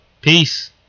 Peace